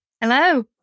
Hello